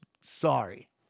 Sorry